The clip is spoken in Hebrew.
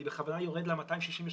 אני בכוונה יורד ל-262.